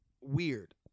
weird